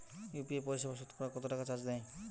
UPI পরিসেবায় সতকরা কতটাকা চার্জ নেয়?